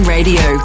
Radio